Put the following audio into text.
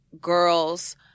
girls